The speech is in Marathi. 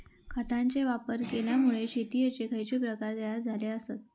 खतांचे वापर केल्यामुळे शेतीयेचे खैचे प्रकार तयार झाले आसत?